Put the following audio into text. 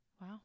Wow